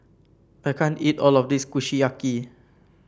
I can't eat all of this Kushiyaki